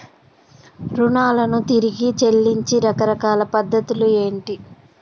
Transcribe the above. రుణాలను తిరిగి చెల్లించే రకరకాల పద్ధతులు ఏంటి?